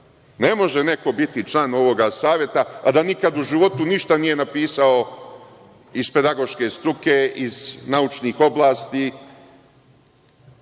Ne može neko biti član ovoga saveta, a da nikada u životu ništa nije napisao iz pedagoške struke, iz naučnih oblasti